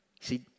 See